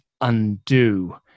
undo